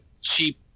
cheap